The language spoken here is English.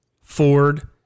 Ford